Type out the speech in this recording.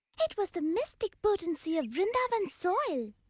it was the mystic potency of vrindavan's soil.